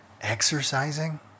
Exercising